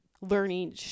learning